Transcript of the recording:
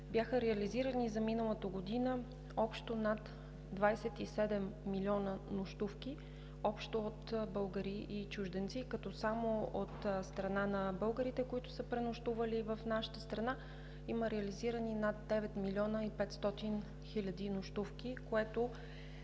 Бяха реализирани за миналата година общо над 27 милиона нощувки, общо от българи и чужденци, като само от страна на българите, пренощували в нашата страна, има реализирани над 9 млн. 500 хил. нощувки. Това